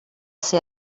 ser